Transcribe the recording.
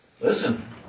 Listen